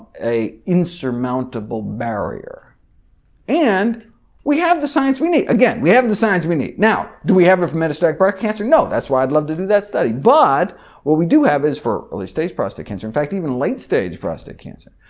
insurmountable barrier and we have the science we need, again, we have the science we need. now, do we have it for metastatic breast cancer, no, that's why i'd love to do that study but what we do have is for early stage prostate cancer, in fact even late stage prostate cancer,